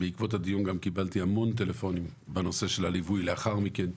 בעקבות הדיון קיבלתי גם המון טלפונים בנושא של הליווי לאחר מכן.